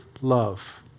love